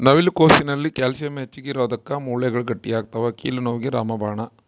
ನವಿಲು ಕೋಸಿನಲ್ಲಿ ಕ್ಯಾಲ್ಸಿಯಂ ಹೆಚ್ಚಿಗಿರೋದುಕ್ಕ ಮೂಳೆಗಳು ಗಟ್ಟಿಯಾಗ್ತವೆ ಕೀಲು ನೋವಿಗೆ ರಾಮಬಾಣ